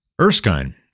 Erskine